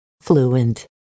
Fluent